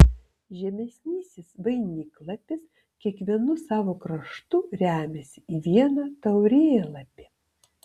žemesnysis vainiklapis kiekvienu savo kraštu remiasi į vieną taurėlapį